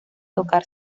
tocar